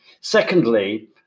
Secondly